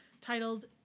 titled